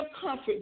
comfort